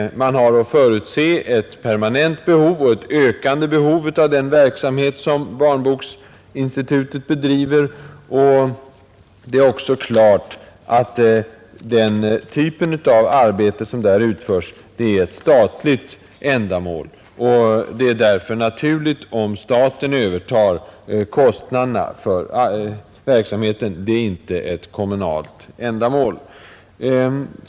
Vi har att förutse ett permanent och ett ökande behov av den verksamhet som Barnboksinstitutet bedriver. Det är också klart att den typ av arbete som där utföres är ett statligt ändamål. Det är därför naturligt om staten övertar kostnaderna för verksamheten, som alltså inte är en kommunal uppgift.